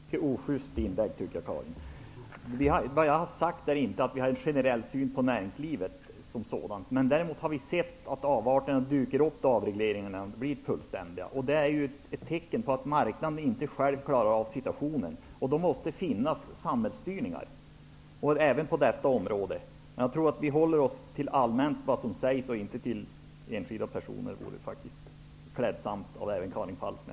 Fru talman! Jag tycker att det sista var ett mycket ojust inlägg, Karin Falkmer. Jag har inte sagt att vi har en generell syn på näringslivet som sådant. Däremot har vi sett att avarterna dyker upp när avregleringarna blir fullständiga. Det är ett tecken på att marknaden inte själv klarar av situationen. Då måste det finnas samhällsstyrningar även på detta område. Det är bra om vi håller oss allmänt till det som sägs och inte till angrepp på enskilda personer. Det vore även klädsamt av Karin Falkmer.